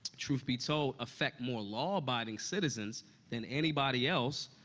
truth be told, affect more law-abiding citizens than anybody else,